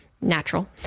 natural